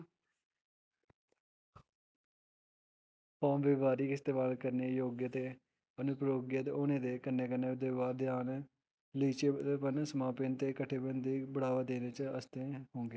form व्यावहारिक इस्तेमाल करने जोग ते अनुप्रयोज्य होने दे कन्नै कन्नै द्वाहार ध्यान लचीलेपन सामेपन ते किट्ठेपन गी बढ़ावा देने दे आस्तै होंदे न